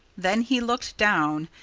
then he looked down.